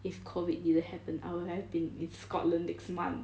if COVID didn't happen I would have been in scotland next month